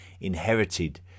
inherited